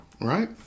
Right